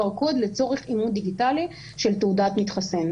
Code לצורך אימות דיגיטלי של תעודת מתחסן.